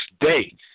day